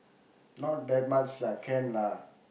not that much lah can lah